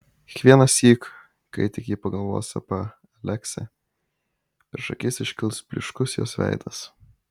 kiekvienąsyk kai tik ji pagalvos apie aleksę prieš akis iškils blyškus jos veidas